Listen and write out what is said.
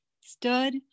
stood